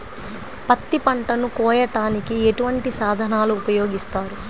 పత్తి పంటను కోయటానికి ఎటువంటి సాధనలు ఉపయోగిస్తారు?